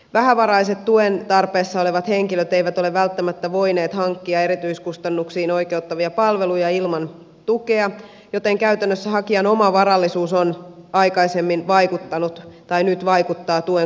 vähävaraiset tuen tarpeessa olevat henkilöt eivät ole välttämättä voineet hankkia erityiskustannuksiin oi keuttavia palveluja ilman tukea joten käytännössä hakijan oma varallisuus nyt vaikuttaa tuen kohdentumiseen